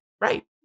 Right